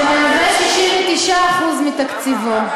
שמהווה 99% מתקציבו.